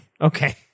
Okay